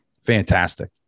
fantastic